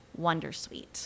Wondersuite